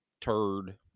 turd